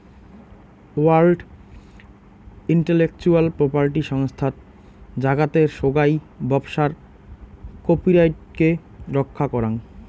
world intellectual property সংস্থাত জাগাতের সোগাই ব্যবসার কপিরাইটকে রক্ষা করাং